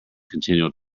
continual